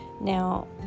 Now